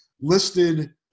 listed